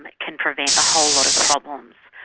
like can prevent a whole lot of problems.